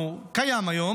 הוא קיים היום,